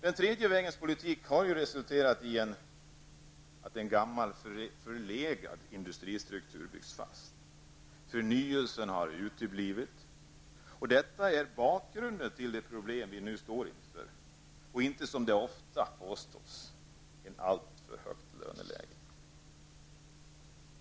Den tredje vägens politik har resulterat i att en gammal förlegad industristruktur byggts fast. Förnyelsen har uteblivit. Detta är bakgrunden till de problem vi nu står inför och inte, som det ofta påstås, ett alltför högt löneläge.